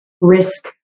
risk